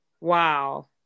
wow